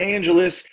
Angeles